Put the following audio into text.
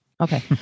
Okay